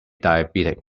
diabetic